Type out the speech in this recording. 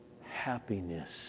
happiness